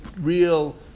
real